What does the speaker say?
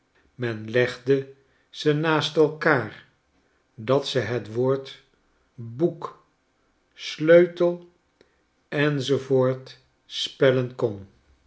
men legde ze naast elkaar dat ze het woord boek sleutel enz spellen kon